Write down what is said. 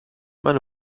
meine